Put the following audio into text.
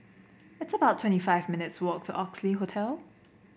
it's about twenty five minutes' walk to Oxley Hotel